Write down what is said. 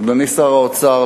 אדוני שר האוצר,